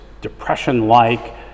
depression-like